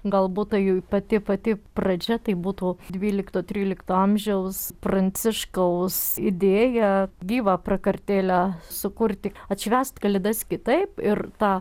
galbūt tai pati pati pradžia tai būtų dvylikto trylikto amžiaus pranciškaus idėja gyvą prakartėlę sukurti atšvęst kalėdas kitaip ir tą